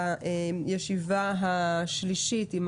הישיבה הזאת נעולה.